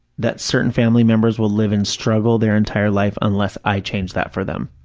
that certain family members will live in struggle their entire life unless i change that for them.